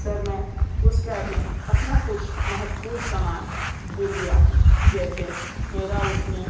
sir मैं उस cab में अपना कुछ महत्वपूर्ण समान भूल गया हूँ जैसे मेरा उस में